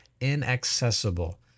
inaccessible